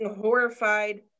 horrified